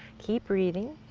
keep breathing.